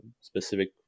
specific